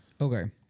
Okay